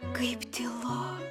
kaip tylu